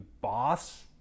boss